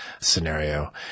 scenario